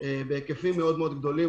בהיקפים מאוד גדולים.